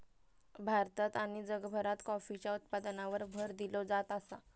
भारतात आणि जगभरात कॉफीच्या उत्पादनावर भर दिलो जात आसा